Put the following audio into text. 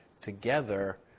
together